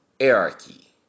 hierarchy